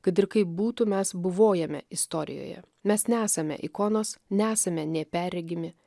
kad ir kaip būtų mes buvojame istorijoje mes nesame ikonos nesame nė perregimi